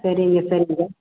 சரிங்க சரிங்க